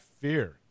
fear